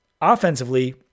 Offensively